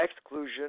exclusion